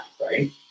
right